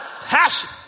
Passion